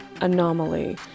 Anomaly